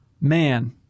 Man